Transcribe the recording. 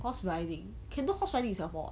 horse riding can do horse riding in singapore [what]